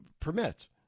permits